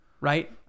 right